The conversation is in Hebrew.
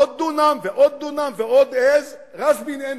עוד דונם ועוד דונם ועוד עז, "ראס בין ענכ"